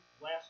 last